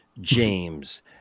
James